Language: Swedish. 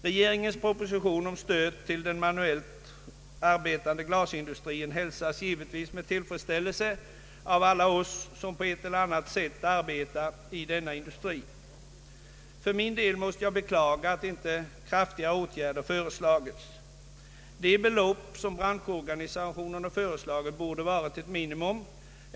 Regeringens proposition om stöd till den manuellt arbetande glasindustrin hälsas givetvis med tillfredsställelse av alla oss som på ett eller annat sätt arbetar i denna industri. För min del måste jag beklaga att inte kraftigare atgärder har föreslagits. De belopp som branschorganisationen föreslagit borde ha varit ett minimum.